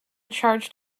charged